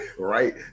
Right